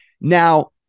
Now